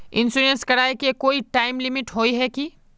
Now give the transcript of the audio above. Insurance कराए के कोई टाइम लिमिट होय है की?